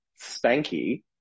Spanky